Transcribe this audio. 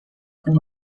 con